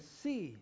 see